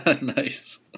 Nice